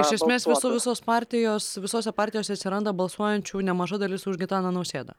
iš esmės visos partijos visose partijose atsiranda balsuojančių nemaža dalis už gitaną nausėdą